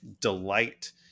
delight